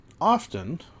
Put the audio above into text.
often